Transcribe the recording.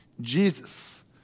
Jesus